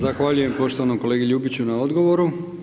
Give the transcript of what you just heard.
Zahvaljujem poštovanom kolegi Ljubiću na odgovoru.